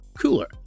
cooler